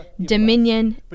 dominion